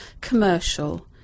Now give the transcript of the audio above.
commercial